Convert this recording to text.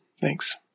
Thanks